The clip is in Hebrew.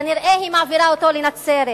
כנראה היא מעבירה אותו לנצרת,